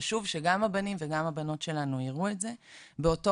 וחשוב שגם הבנים וגם הבנות שלנו ייראו את זה באותו